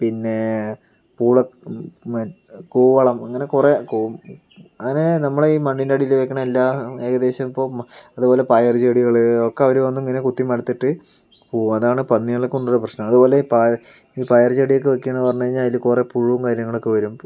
പിന്നെ പൂള് കൂവളം അങ്ങനെ കുറെ കൂ അങ്ങനെ നമ്മളെ ഈ മണ്ണിൻ്റെ അടിയിൽ വെക്കുന്ന എല്ലാം ഏകദേശം ഇപ്പം അതുപോലെ പയർ ചെടികൾ ഒക്കെ അവർ വന്ന് ഇങ്ങനെ കുത്തി മലർത്തിയിട്ട് പോകും അതാണ് പന്നികളെ കൊണ്ടൊരു പ്രശ്നം അതുപോലെ ഇ പ ഈ പയർ ചെടിയൊക്കെ വെക്കുക എന്ന് പറഞ്ഞു കഴിഞ്ഞാൽ അതിൽ കുറേ പുഴു കാര്യങ്ങളൊക്കെ വരും